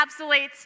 encapsulates